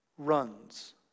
runs